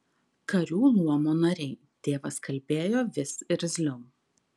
karių luomo nariai tėvas kalbėjo vis irzliau